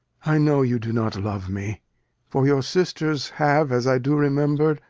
i know you do not love me for your sisters have, as i do remember,